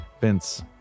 Vince